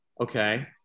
okay